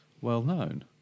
well-known